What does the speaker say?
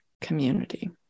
community